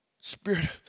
Spirit